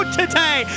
today